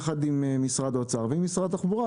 יחד עם משרד האוצר ועם משרד התחבורה,